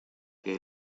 que